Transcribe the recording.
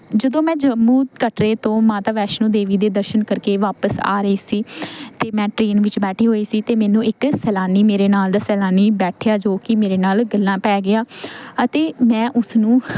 ਜਦੋਂ ਮੈਂ ਜੰਮੂ ਕਟਰੇ ਤੋਂ ਮਾਤਾ ਵੈਸ਼ਨੋ ਦੇਵੀ ਦੇ ਦਰਸ਼ਨ ਕਰਕੇ ਵਾਪਸ ਆ ਰਹੀ ਸੀ ਅਤੇ ਮੈਂ ਟ੍ਰੇਨ ਵਿੱਚ ਬੈਠੀ ਹੋਈ ਸੀ ਅਤੇ ਮੈਨੂੰ ਇੱਕ ਸੈਲਾਨੀ ਮੇਰੇ ਨਾਲ ਦਾ ਸੈਲਾਨੀ ਬੈਠਿਆ ਜੋ ਕਿ ਮੇਰੇ ਨਾਲ ਗੱਲਾਂ ਪੈ ਗਿਆ ਅਤੇ ਮੈਂ ਉਸਨੂੰ